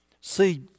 See